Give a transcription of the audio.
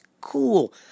cool